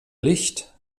licht